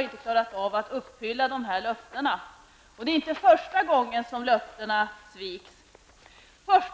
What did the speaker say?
inte klarat av att uppfylla dessa löften. Det är inte första gången som löftena sviks.